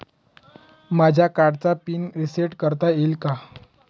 माझ्या कार्डचा pin reset करता येईल का?